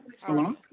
Hello